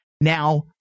Now